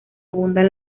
abundan